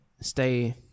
Stay